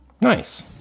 Nice